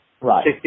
Right